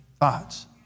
thoughts